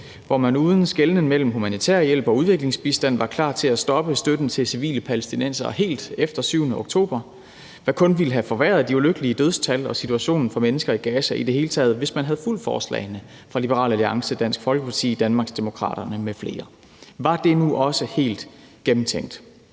hvor man uden skelnen mellem humanitær hjælp og udviklingsbistand var klar til at stoppe støtten til civile palæstinensere helt efter den 7. oktober, hvad der kun ville have forværret de ulykkelige dødstal og situationen for mennesker i Gaza i det hele taget, hvis man havde fulgt forslagene fra Liberal Alliance, Dansk Folkeparti, Danmarksdemokraterne med flere. Var det nu også helt gennemtænkt?